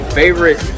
favorite